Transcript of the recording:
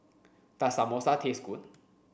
does Samosa taste good